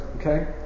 Okay